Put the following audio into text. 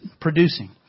producing